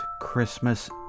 Christmas